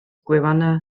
gwefannau